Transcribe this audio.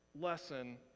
Lesson